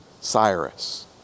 Cyrus